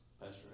Pastor